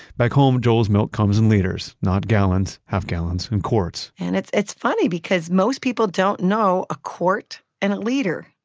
back home, joel's milk comes in liters, not gallons, half gallons, and quarts and it's it's funny because most people don't know a quart and a liter.